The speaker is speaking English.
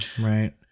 right